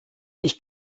ich